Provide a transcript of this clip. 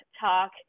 talk